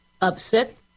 upset